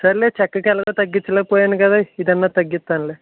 సరేలే చెక్కకి ఎలాగో తగ్గించలేకపోయాను కదా ఇదన్నా తగ్గిస్తానులే